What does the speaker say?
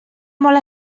molt